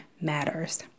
matters